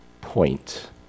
point